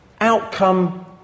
outcome